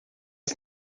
ist